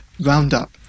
Roundup